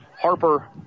Harper